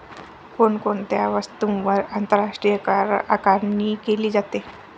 कोण कोणत्या वस्तूंवर आंतरराष्ट्रीय करआकारणी केली जाते?